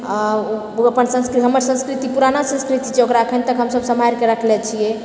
आ ओ अपन संस्कृति हमर संस्कृति पुराना संस्कृति छै ओकरा अखन तक हमसब सम्हारिके रखले छियै